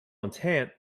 intent